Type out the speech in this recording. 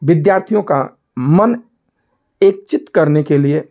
विद्यार्थियों का मन एकचित्त करने के लिए